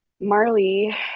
Marley